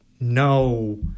no